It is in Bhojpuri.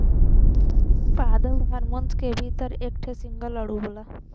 पादप हार्मोन के भीतर एक ठे सिंगल अणु होला